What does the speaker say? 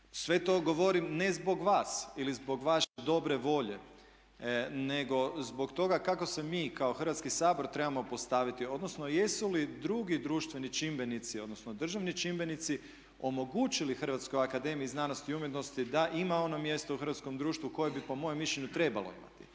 Sve to govorim ne zbog vas ili zbog vaše dobre volje nego zbog toga kako se mi kao Hrvatski sabor trebamo postaviti odnosno jesu li drugi društveni čimbenici odnosno državni čimbenici omogućili HAZU da ima ono mjesto u hrvatskom društvu koje bi po mojem mišljenju trebala imati.